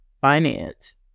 finance